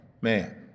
man